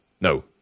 No